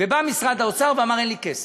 בא משרד האוצר ואמר: אין לי כסף,